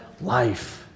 life